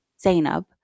Zainab